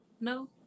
No